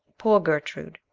poor gertrude,